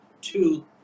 two